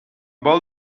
vol